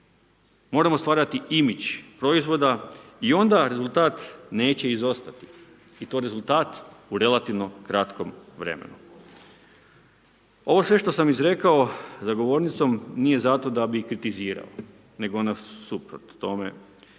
Moramo stvarati imidž proizvoda i onda rezultat neće izostati i to rezultat u relativno kratkom vremenu. Ovo sve što sam izrekao za govornicom nije zato da bi kritizirao nego nasuprot tome,